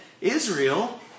Israel